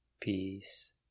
peace